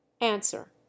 answer